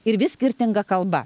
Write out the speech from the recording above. ir vis skirtinga kalba